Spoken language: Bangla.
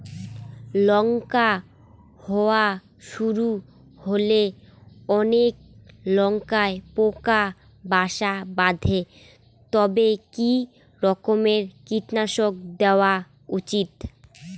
লঙ্কা হওয়া শুরু করলে অনেক লঙ্কায় পোকা বাসা বাঁধে তবে কি রকমের কীটনাশক দেওয়া উচিৎ?